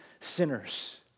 sinners